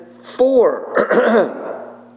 four